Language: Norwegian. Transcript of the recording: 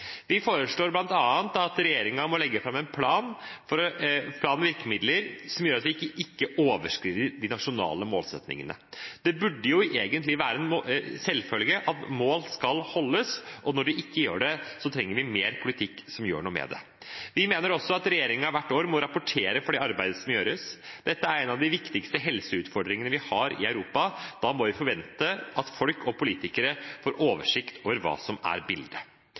Vi foreslår bl.a. at regjeringen må legge fram en plan for virkemidler som gjør at vi ikke overskrider de nasjonale målsetningene. Det burde egentlig være en selvfølge at mål skal holdes, og når det ikke gjør det, trenger vi mer politikk som gjør noe med det. Vi mener også at regjeringen hvert år må rapportere om det arbeidet som gjøres. Dette er en av de viktigste helseutfordringene vi har i Europa. Da må vi forvente at folk og politikere får oversikt over hva som er bildet.